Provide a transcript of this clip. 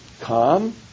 calm